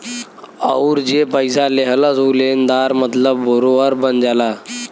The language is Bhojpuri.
अउर जे पइसा लेहलस ऊ लेनदार मतलब बोरोअर बन जाला